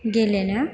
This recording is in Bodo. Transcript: गेलेनो